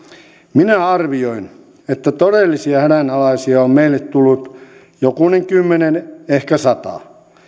minä arvioin että todellisia hädänalaisia on on meille tullut jokunen kymmenen ehkä sata